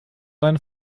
deine